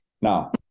Now